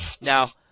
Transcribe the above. Now